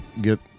get